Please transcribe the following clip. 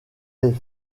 est